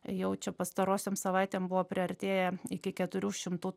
jau čia pastarosiom savaitėm buvo priartėję iki keturių šimtų